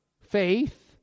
Faith